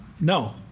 No